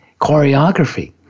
choreography